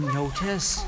notice